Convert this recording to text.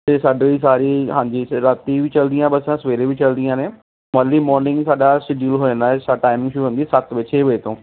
ਇਹ ਸਾਡੇ ਦੀ ਸਾਰੀ ਹਾਂਜੀ ਰਾਤੀ ਵੀ ਚੱਲਦੀਆਂ ਬੱਸਾਂ ਸਵੇਰੇ ਵੀ ਚੱਲਦੀਆਂ ਨੇ ਅਰਲੀ ਮੋਰਨਿੰਗ ਸਾਡਾ ਸ਼ਡਿਊਲ ਹੋ ਜਾਂਦਾ ਸਾਡਾ ਟਾਈਮ ਸ਼ੁਰੂ ਹੁੰਦਾ ਜੀ ਸੱਤ ਵਜੇ ਛੇ ਵਜੇ ਤੋਂ